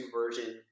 version